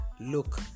look